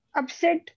upset